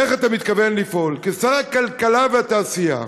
איך אתה מתכוון לפעול, כשר הכלכלה והתעשייה,